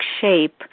shape